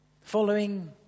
following